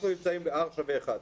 אנחנו נמצאים ב-R=1.